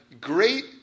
great